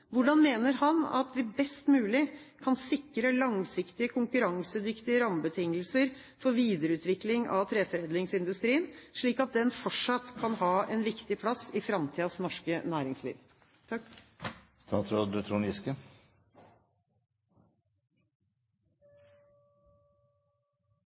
Hvordan mener statsråden at vi best mulig kan sikre langsiktige, konkurransedyktige rammebetingelser for videreutvikling av treforedlingsindustrien, slik at den fortsatt kan ha en viktig plass i framtidens norske næringsliv?